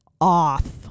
off